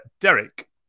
Derek